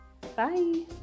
Bye